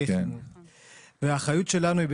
והאחריות שלנו,